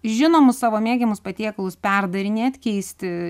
žinomus savo mėgiamus patiekalus perdarinėt keisti